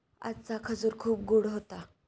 आजचा खजूर खूप गोड होता